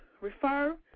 refer